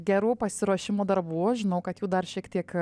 gerų pasiruošimų darbų žinau kad jų dar šiek tiek